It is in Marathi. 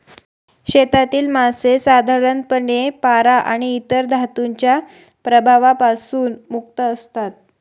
शेतातील मासे साधारणपणे पारा आणि इतर धातूंच्या प्रभावापासून मुक्त असतात